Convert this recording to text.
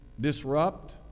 disrupt